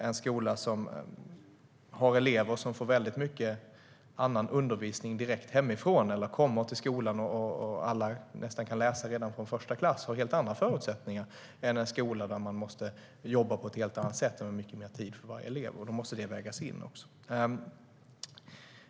En skola som har elever som får mycket annan undervisning direkt hemifrån eller som har många elever som kommer till skolan och kan läsa redan från första klass har helt andra förutsättningar än en skola där man måste jobba på ett helt annat sätt och ha mycket mer tid för varje elev. Då måste det också vägas in.